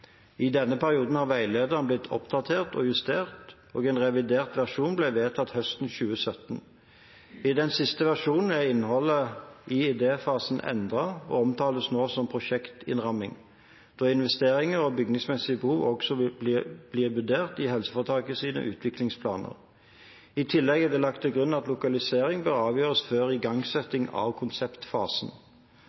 I denne perioden har veilederen blitt oppdatert og justert, og en revidert versjon ble vedtatt høsten 2017. I den siste versjonen er innholdet i idéfasen endret, og det omtales nå som «prosjektinnramming», da investeringer og bygningsmessige behov også blir vurdert i helseforetakenes utviklingsplaner. I tillegg er det lagt til grunn at lokalisering bør avgjøres før igangsetting av konseptfasen.